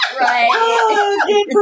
right